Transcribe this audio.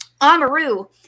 Amaru